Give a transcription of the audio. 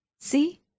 See